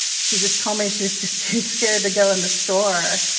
she just told me she was just too scared to go in the store.